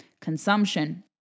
consumption